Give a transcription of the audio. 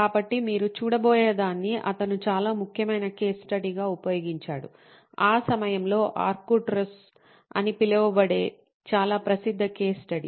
కాబట్టి మీరు చూడబోయేదాన్ని అతను చాలా ముఖ్యమైన కేస్ స్టడీగా ఉపయోగించాడు ఆ సమయంలో ఆర్క్టురస్ IV అని పిలువబడే చాలా ప్రసిద్ధ కేస్ స్టడీ